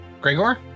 Gregor